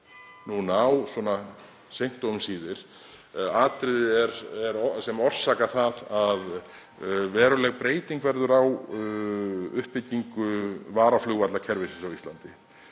fram komu seint og um síðir atriði sem orsaka það að veruleg breyting verður á uppbyggingu varaflugvallakerfisins á Íslandi,